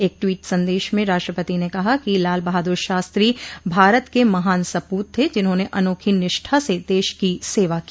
एक टवीट संदेश में राष्ट्रपति ने कहा कि लाल बहादुर शास्त्री भारत के महान सपूत थे जिन्होंने अनोखी निष्ठा से देश की सेवा की